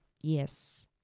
Yes